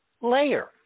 layer